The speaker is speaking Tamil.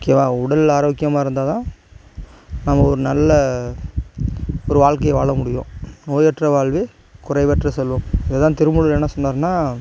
ஓகேவா உடல் ஆரோக்கியமாக தான் இருந்தால் தான் நம்ம ஒரு நல்ல ஒரு வாழ்க்கையை வாழ முடியும் நோயற்ற வாழ்வே குறைவற்ற செல்வம் இதைதான் திருமூலர் என்ன சொன்னாருன்னா